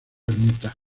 ermita